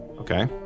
Okay